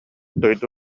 дойду